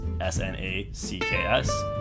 S-N-A-C-K-S